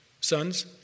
sons